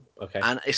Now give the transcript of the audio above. Okay